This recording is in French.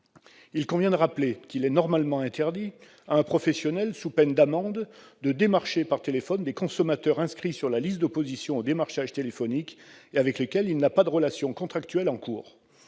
Il convient de rappeler qu'il est normalement interdit à un professionnel, sous peine d'amende, de démarcher par téléphone des consommateurs inscrits sur la liste d'opposition au démarchage téléphonique et avec lesquels il n'a pas de relations contractuelles en cours.